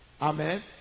Amen